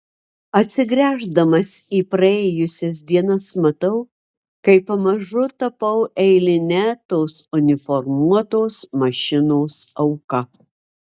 atsigręždamas į praėjusias dienas matau kaip pamažu tapau eiline tos uniformuotos mašinos auka